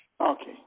Okay